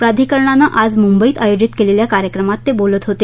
प्राधिकरणानं आज मुंबईत आयोजित केलेल्या कार्यक्रमात ते बोलत होते